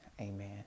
amen